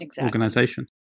organization